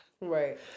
Right